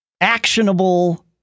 actionable